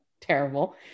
terrible